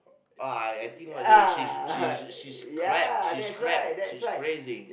uh I I think what the she's she's she's crap she's crap she's crazy